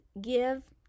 give